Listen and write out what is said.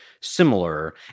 similar